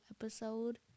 episode